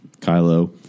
Kylo